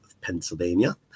Pennsylvania